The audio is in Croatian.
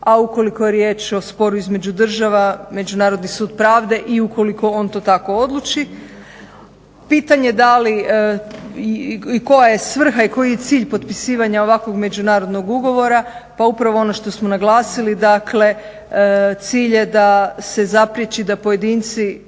a ukoliko je riječ o sporu između država Međunarodni sud pravde i ukoliko on to tako odluči. Pitanje je da li i koja je svrha i koji je cilj potpisivanja ovakvog međunarodnog ugovora, pa upravo ono što smo naglasili, dakle cilj je da se zapriječi da pojedinci